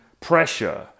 pressure